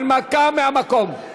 הנמקה מהמקום.